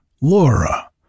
Laura